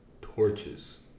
torches